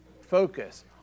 focus